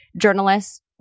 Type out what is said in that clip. journalists